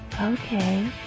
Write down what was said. okay